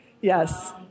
Yes